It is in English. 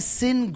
sin